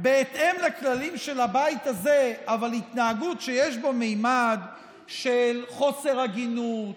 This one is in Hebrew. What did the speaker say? בהתאם לכללים של הבית הזה אבל שיש בה ממד של חוסר הגינות,